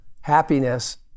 happiness